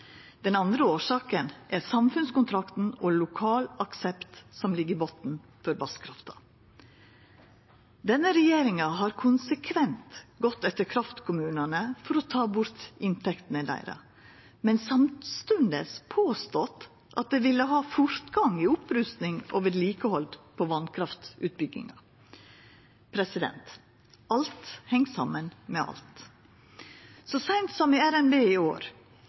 Den andre årsaka er samfunnskontrakten og lokal aksept, som ligg i botnen for vasskrafta. Denne regjeringa har konsekvent gått etter kraftkommunane for å ta bort inntektene deira, men samstundes påstått at dei vil ha fortgang i opprusting og vedlikehald av vasskraftutbygginga. Alt heng saman med alt. Så seint som i RNB i år